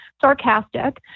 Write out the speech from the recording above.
sarcastic